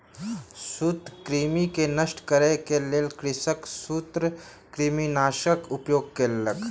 सूत्रकृमि के नष्ट करै के लेल कृषक सूत्रकृमिनाशकक उपयोग केलक